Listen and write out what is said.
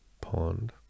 pond